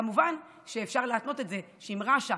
כמובן שאפשר להתנות את זה שאם רש"א